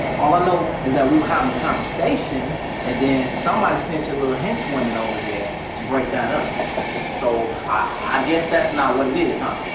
all i know is that we were having a conversation and then somebody sent your little henchwomen over there to break that up so i guess that's not what it is, huh?